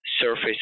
Surface